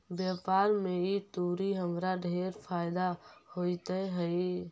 व्यापार में ई तुरी हमरा ढेर फयदा होइत हई